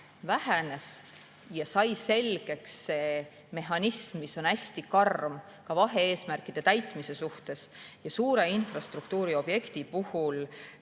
vähenes ning sai selgeks see mehhanism, mis on hästi karm vahe‑eesmärkide täitmise suhtes. Suure infrastruktuuriobjekti puhul